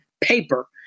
paper